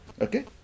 okay